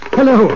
Hello